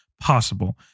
possible